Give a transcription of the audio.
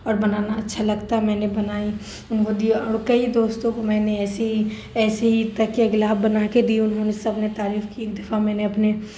اور بنانا اچھا لگتا ہے میں نے بنائی وہ دیا اور کئی دوستوں کو میں نے ایسے ہی ایسے ہی تکیہ کا غلاف بنا کے دی ہوں انہوں نے سب نے تعریف کی ایک دفعہ میں نے اپنی